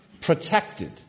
protected